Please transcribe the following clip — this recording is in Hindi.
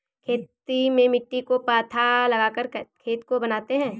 खेती में मिट्टी को पाथा लगाकर खेत को बनाते हैं?